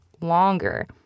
longer